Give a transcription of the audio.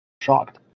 shocked